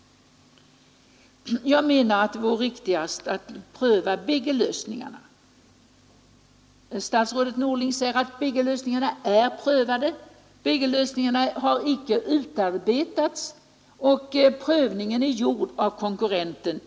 Jag anser att det vore riktigast att pröva bägge lösningarna. Statsrådet Norling säger att bägge lösningarna är prövade, men bägge lösningarna har icke utarbetats — och prövningen är i huvudsak gjord av konkurrenten.